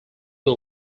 who